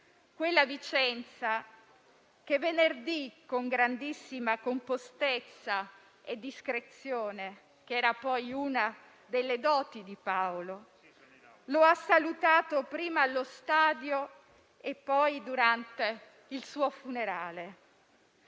Quella Vicenza che venerdì, con grandissima compostezza e anche con discrezione - che era poi una delle doti di Paolo - lo ha salutato prima allo stadio e poi durante il suo funerale.